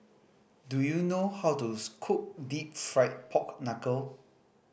do you know how cook Deep Fried Pork Knuckle